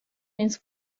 ils